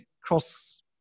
cross